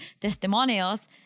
testimonials